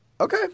Okay